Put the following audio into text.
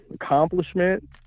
accomplishment